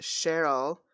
Cheryl